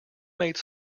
made